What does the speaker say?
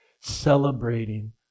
celebrating